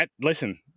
Listen